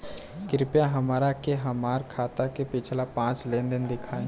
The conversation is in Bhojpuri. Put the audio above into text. कृपया हमरा के हमार खाता के पिछला पांच लेनदेन देखाईं